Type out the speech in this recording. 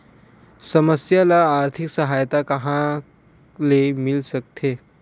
समस्या ल आर्थिक सहायता कहां कहा ले मिल सकथे?